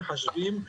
מחשבים.